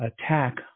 attack